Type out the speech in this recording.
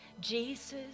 Jesus